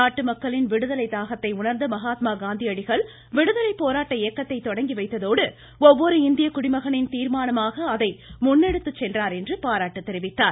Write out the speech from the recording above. நாட்டு மக்களின் விடுதலை தாகத்தை உணர்ந்த மகாத்மா காந்தியடிகள் விடுதலை போராட்ட இயக்கத்தை தொடங்கிவைத்ததோடு ஒவ்வொரு இந்திய குடிமகனின் தீர்மானமாக அதை முன்னெடுத்துச்சென்றார் என்று பாராட்டு தெரிவித்தார்